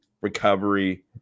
Recovery